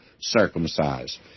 circumcised